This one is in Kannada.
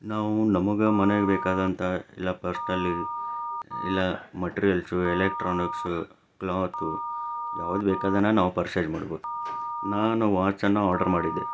ನಾವು ನಮಗೆ ಮನೆಗೆ ಬೇಕಾದಂತಹ ಇಲ್ಲ ಪರ್ಸನಲ್ ಇಲ್ಲ ಮಟೀರಿಯಲ್ಸು ಎಲೆಕ್ಟ್ರಾನಿಕ್ಸು ಕ್ಲಾತು ಯಾವ್ದು ಬೇಕಾದ್ದನ್ನ ನಾವು ಪರ್ಚೆಸ್ ಮಾಡ್ಬೌದು ನಾನು ವಾಚನ್ನು ಆರ್ಡರ್ ಮಾಡಿದ್ದೆ